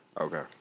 okay